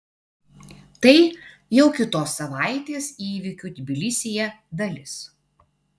tai jau kitos savaitės įvykių tbilisyje dalis